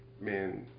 man